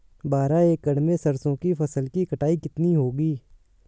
बारह एकड़ में सरसों की फसल की कटाई कितनी होगी?